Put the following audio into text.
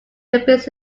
business